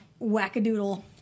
wackadoodle